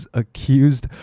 accused